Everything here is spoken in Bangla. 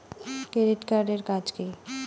ক্রেডিট কার্ড এর কাজ কি?